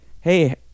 hey